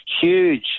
huge